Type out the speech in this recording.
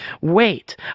wait